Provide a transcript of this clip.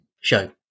show